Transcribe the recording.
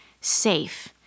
safe